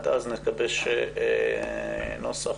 נקווה שהנוסח,